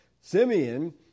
Simeon